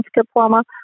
diploma